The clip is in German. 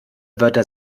wörter